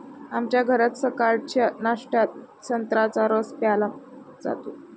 आमच्या घरात सकाळच्या नाश्त्यात संत्र्याचा रस प्यायला जातो